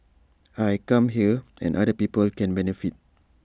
I come here and other people can benefit